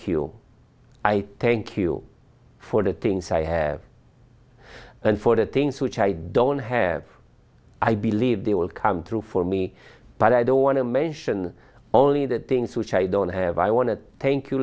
you i thank you for the things i have and for the things which i don't have i believe they will come true for me but i don't want to mention only the things which i don't have i want to thank you